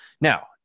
Now